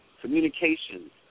Communications